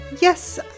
Yes